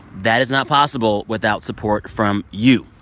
that is not possible without support from you.